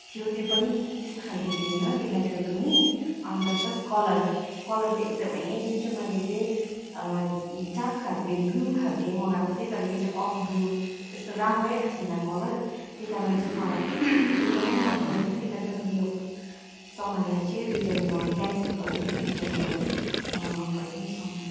थियो त्यो पनि त्यस्तो खालको थिएन त्यो मेटेरियल पनि अन्त प्लस कलर कलर चाहिँ एकदमै जुन चाहिँ मैले चाहिँ डार्क खालको ब्लु खालको मगाएको थिएँ तर यो चाहिँ अफ ब्लु यस्तै राम्रै थिएन कलर त्यही कारण चाहिँ मलाई एकदमै मन परेन त्यही कारण चाहिँ मैले यो सामानलाई चाहिँ रिटर्न गर्न क्यान्सल गरेँ रिटर्न गरेँ मलाई मन परेन सामान